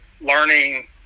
learning